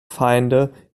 feinde